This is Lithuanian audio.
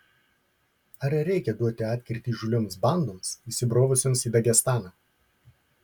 ar reikia duoti atkirtį įžūlioms bandoms įsibrovusioms į dagestaną